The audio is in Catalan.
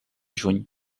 juny